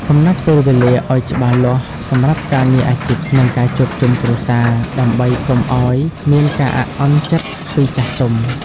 កំណត់ពេលវេលាឱ្យច្បាស់លាស់សម្រាប់ការងារអាជីព និងការជួបជុំគ្រួសារ ដើម្បីកុំឱ្យមានការអាក់អន់ចិត្តពីចាស់ទុំ។